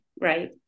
right